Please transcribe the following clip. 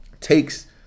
takes